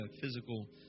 physical